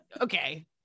okay